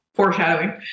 foreshadowing